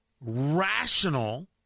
rational